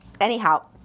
anyhow